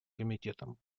комитетом